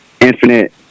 infinite